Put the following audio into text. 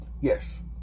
Yes